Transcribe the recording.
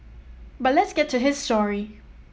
but let's get to his story